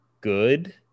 good